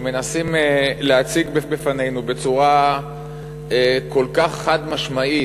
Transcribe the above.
שמנסים להציג בפנינו בצורה כל כך חד-משמעית,